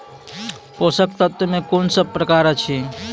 पोसक तत्व मे कून सब प्रकार अछि?